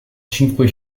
cinque